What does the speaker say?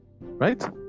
right